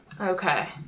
Okay